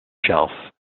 shelf